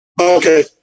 Okay